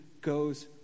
goes